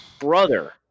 brother